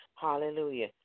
Hallelujah